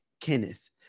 Kenneth